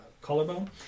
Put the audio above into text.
collarbone